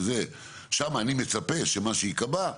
ששם אני מצפה שמה שייקבע,